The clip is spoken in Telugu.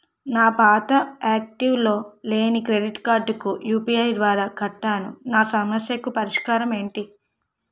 నా పాత యాక్టివ్ లో లేని క్రెడిట్ కార్డుకు యు.పి.ఐ ద్వారా కట్టాను నా సమస్యకు పరిష్కారం ఎంటి?